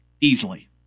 easily